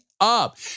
up